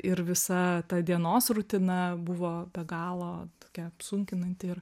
ir visa ta dienos rutina buvo be galo tokia apsunkinanti ir